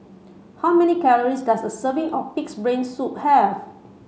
how many calories does a serving of pig's brain soup have